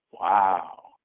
Wow